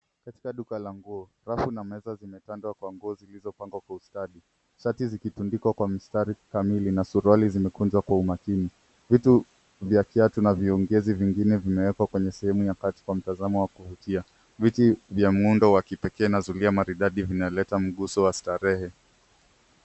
Katika duka la nguo, rafu na meza zimetandwa kwa nguo zilizopangwa kwa ustadi. Shati zikitundikwa kwa mistari kamili na suruali zimekunjwa kwa umakini. Viti vya kiatu na viongezi vingine vimewekwa kwenye sehemu ya kati kwa mtazamo wa kuvutia. Viti vya muundo wa kipekee na zulia maridadi vinaleta muguso wa starehe.